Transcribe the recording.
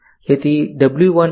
તેથી W1 O1